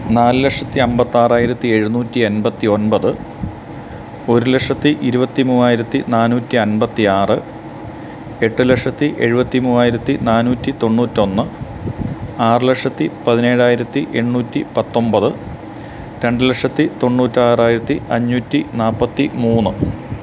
നാലുലക്ഷത്തിയന്പത്തി ആറായിരത്തി എഴുനൂറ്റിയെൺപത്തിയൊന്പത് ഒരുലക്ഷത്തി ഇരുപത്തിമൂവായിരത്തി നാനൂറ്റിയൻപത്തിയാറ് എട്ടുലക്ഷത്തി എഴുപത്തിമൂവായിരത്തി നാനൂറ്റിതൊണ്ണൂറ്റിയൊന്ന് ആറുലക്ഷത്തി പതിനേഴായിരത്തി എണ്ണൂറ്റി പത്തൊന്പത് രണ്ടുലക്ഷത്തി തൊണ്ണൂറ്റി ആറായിരത്തി അഞ്ഞൂറ്റി നാല്പത്തി മൂന്ന്